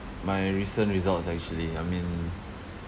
my recent results actually I mean